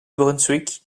brunswick